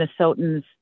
Minnesotans